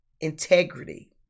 integrity